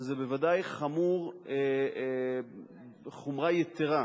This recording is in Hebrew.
אז זה בוודאי חמור חומרה יתירה,